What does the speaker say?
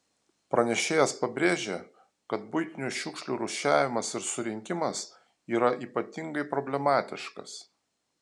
pranešėjas pabrėžė kad buitinių šiukšlių rūšiavimas ir surinkimas yra ypatingai problematiškas